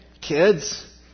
Kids